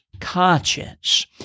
conscience